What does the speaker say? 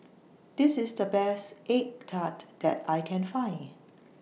This IS The Best Egg Tart that I Can Find